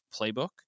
playbook